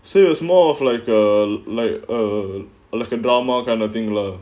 so it was more of like a like a like a drama kind of thing lah